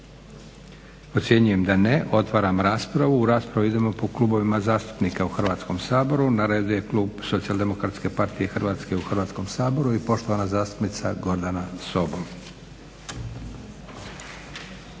Ocjenjujem da ne. Otvaram raspravu. U raspravu idemo po klubovima zastupnika u Hrvatskom saboru. Na redu je klub Socijaldemokratske partije Hrvatske u Hrvatskom saboru i poštovana zastupnica Gordana Sobol.